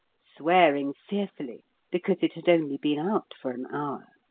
swearing fearfully because it had only been out for an hour.